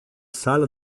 sala